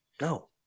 No